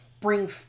bring